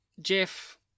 Jeff